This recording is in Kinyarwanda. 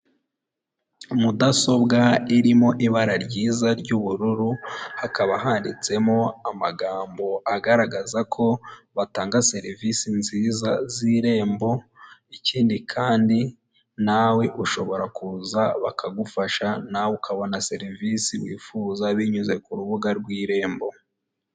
Mudasobwa irimo ibara ryiza ry'ubururu hakaba handitsemo amagambo agaragaza ko batanga serivisi nziza z'irembo, ikindi kandi nawe ushobora kuza bakagufasha nawe ukabona serivisi wifuza binyuze ku rubuga rw'irembo.